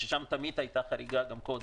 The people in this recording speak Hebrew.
שם תמיד הייתה חריגה גם קודם.